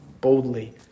boldly